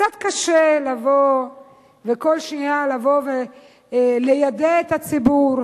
וקצת קשה לבוא כל שנייה וליידע את הציבור